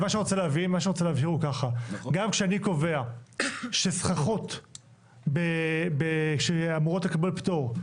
מה שאני רוצה להבהיר הוא ככה: גם כשאני קובע שסככות שאמורות לקבל פטור,